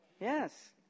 Yes